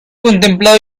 contemplado